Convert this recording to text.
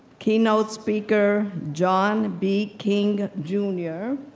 keynote speaker, john b. king jr,